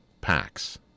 packs